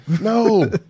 No